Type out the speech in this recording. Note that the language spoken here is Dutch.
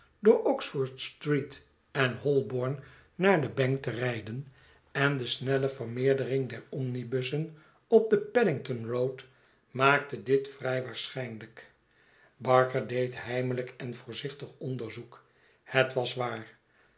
door oxford-street en holborn naar de bank te rijden en de snelle vermeerdering der omnibussen op de p a ddington road maakte dit vrij waarschijnlijk barker deed heimelijk en voorzichtig onderzoek het was waar